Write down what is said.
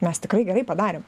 mes tikrai gerai padarėm